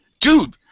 dude